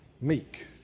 meek